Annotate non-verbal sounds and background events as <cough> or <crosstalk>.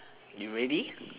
<breath> you ready